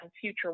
future